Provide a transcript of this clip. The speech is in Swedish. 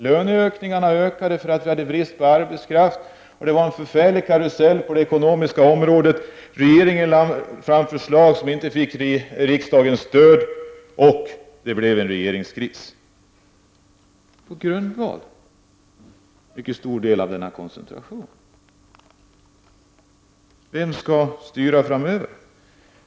Lönerna ökade därför att det rådde brist på arbetskraft, och det var en förfärlig karusell på det ekonomiska området. Regeringen lade fram förslag som inte fick riksdagens stöd, och det blev en regeringskris, till mycket stor del beroende på den koncentration som skett till storstadsregionerna. Vem skall styra framöver?